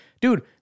dude